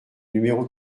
numéro